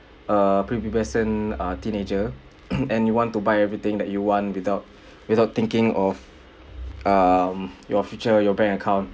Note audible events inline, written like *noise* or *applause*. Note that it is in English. uh pre-pubescent uh teenager *coughs* and you want to buy everything that you want without without thinking of um your future your bank account